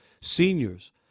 seniors